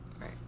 Right